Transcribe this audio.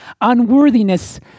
unworthiness